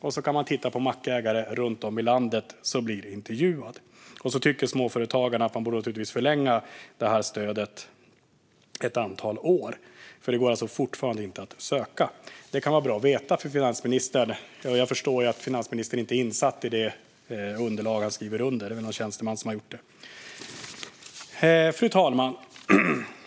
Man kan där också titta på mackägare runt om i landet som blir intervjuade. Småföretagarna tycker naturligtvis att man borde förlänga det här stödet ett antal år, eftersom det fortfarande inte går att söka. Det kan vara bra för finansministern att veta. Jag förstår att finansministern inte är insatt i det underlag han skriver under; det är väl någon tjänsteman som har skrivit det. Fru talman!